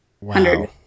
Wow